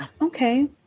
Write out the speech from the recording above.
okay